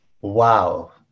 Wow